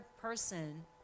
person